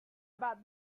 about